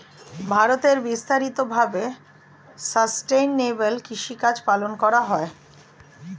ভারতে বিস্তারিত ভাবে সাসটেইনেবল কৃষিকাজ পালন করা হয়